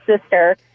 sister